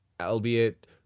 albeit